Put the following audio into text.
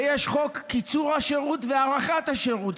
יש חוק קיצור השירות והארכת השירות,